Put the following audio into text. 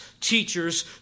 teachers